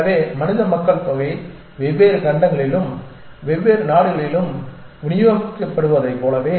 எனவே மனித மக்கள்தொகை வெவ்வேறு கண்டங்களிலும் வெவ்வேறு நாடுகளிலும் விநியோகிக்கப்படுவதைப் போலவே